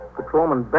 Patrolman